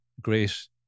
great